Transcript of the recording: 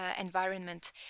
environment